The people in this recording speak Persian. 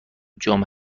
جام